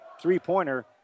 three-pointer